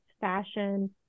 fashion